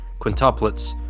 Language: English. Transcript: quintuplets